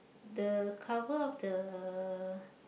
the cover of the